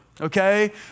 okay